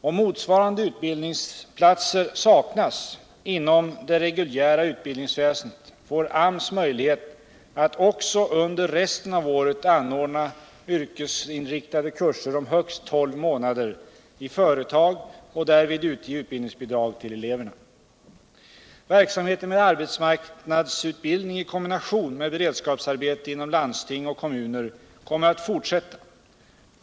Om motsvarande utbildningsplatser saknas inom det reguljära utbildningsväsendet, får AMS möjlighet att också under resten av året anordna yrkesinriktade kurser om högst tolv månader i företag och därvid utge utbildningsbidrag till eleverna. Verksamheten med arbetsmarknadsutbildning i kombination med beredskapsarbete inom landsting och kommuner kommer att fortsätta.